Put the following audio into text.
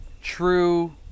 true